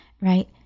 right